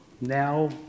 now